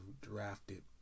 drafted